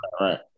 right